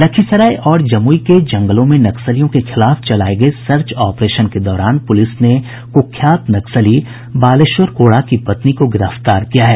लखीसराय और जमुई के जंगलों में नक्सलियों के खिलाफ चलाये गये सर्च ऑपरेशन के दौरान पूलिस ने क्ख्यात नक्सली बालेश्वर कोड़ा की पत्नी को गिरफ्तार किया है